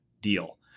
deal